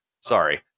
Sorry